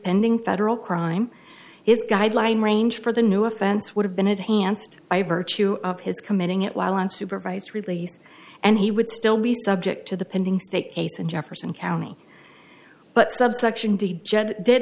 pending federal crime his guideline range for the new offense would have been advanced by virtue of his committing it while unsupervised release and he would still be subject to the pending state case in jefferson county but subsection d jed did